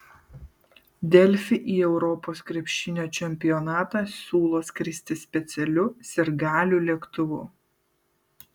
delfi į europos krepšinio čempionatą siūlo skristi specialiu sirgalių lėktuvu